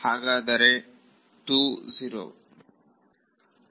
ವಿದ್ಯಾರ್ಥಿ ಹಾಗಾದರೆ2 0